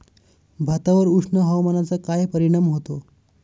भातावर उष्ण हवामानाचा काय परिणाम होतो?